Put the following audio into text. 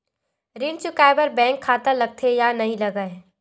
ऋण चुकाए बार बैंक खाता लगथे या नहीं लगाए?